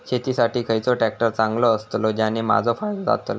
शेती साठी खयचो ट्रॅक्टर चांगलो अस्तलो ज्याने माजो फायदो जातलो?